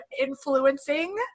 influencing